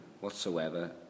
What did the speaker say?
whatsoever